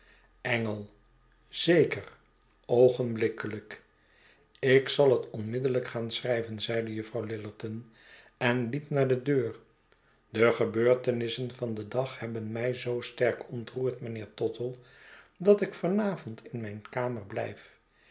zeker oogenblikkelijk ik zal het onmiddellijk gaan schrijven zeide juffrouw lillerton en liep naar de deur de gebeurtenissen van den dag hebben mij zoo sterk ontroerd mijnheer tottle dat ik van avond in mijn kamer blijf